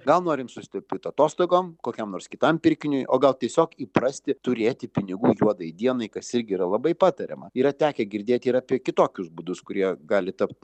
gal norim susitaupyti atostogoms kokiam nors kitam pirkiniui o gal tiesiog įprasti turėti pinigų juodai dienai kas irgi yra labai patariama yra tekę girdėti ir apie kitokius būdus kurie gali tapt